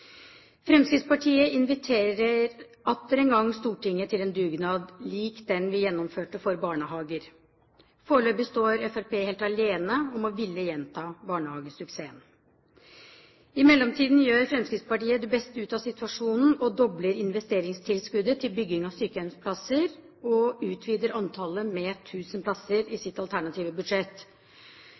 Fremskrittspartiet inviterer atter en gang Stortinget til en dugnad lik den vi gjennomførte for barnehager. Foreløpig står Fremskrittspartiet helt alene om å ville gjenta barnehagesuksessen. I mellomtiden gjør Fremskrittspartiet det beste ut av situasjonen og dobler investeringstilskuddet til bygging av sykehjemsplasser og utvider antallet med 1 000 plasser i sitt alternative budsjett.